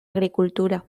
agricultura